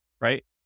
right